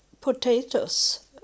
potatoes